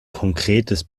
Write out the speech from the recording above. konkretes